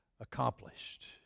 accomplished